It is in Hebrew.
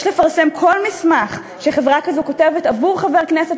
יש לפרסם כל מסמך שחברה כזאת כותבת עבור חבר כנסת,